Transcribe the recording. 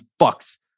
fucks